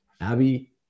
Abby